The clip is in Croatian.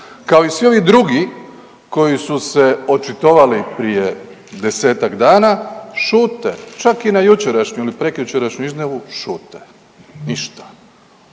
kao i svi ovi drugi koji su se očitovali prije 10-tak dana, šute, čak i na jučerašnju ili prekjučerašnju izjavu šute, ništa.